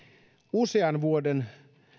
usean vuoden